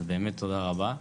ובאמת תודה רבה.